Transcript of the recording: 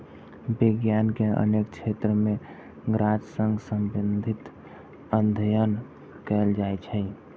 विज्ञान के अनेक क्षेत्र मे गाछ सं संबंधित अध्ययन कैल जाइ छै